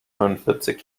neunundvierzig